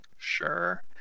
sure